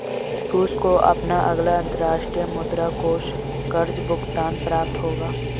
रूस को अपना अगला अंतर्राष्ट्रीय मुद्रा कोष कर्ज़ भुगतान प्राप्त होगा